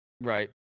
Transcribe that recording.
right